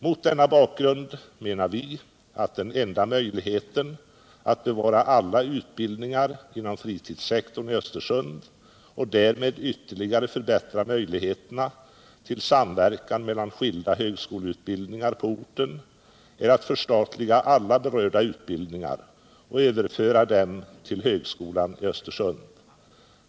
Mot denna bakgrund menar vi att den enda möjligheten att bevara alla utbildningar inom fritidssektorn i Östersund och därmed ytterligare förbättra möjligheterna till samverkan mellan skilda högskoleutbildningar på orten är att förstatliga alla berörda utbildningar och överföra dem till högskolan i Östersund.